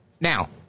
Now